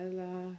la